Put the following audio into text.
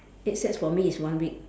eight sets for me is one week